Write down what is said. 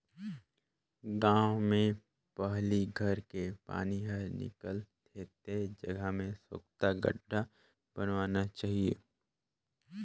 गांव में पहली घर के पानी हर निकल थे ते जगह में सोख्ता गड्ढ़ा बनवाना चाहिए